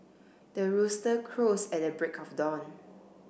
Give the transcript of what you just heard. the rooster crows at the break of dawn